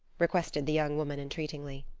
requested the young woman, entreatingly.